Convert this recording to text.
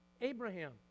Abraham